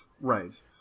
Right